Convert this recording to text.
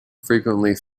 frequently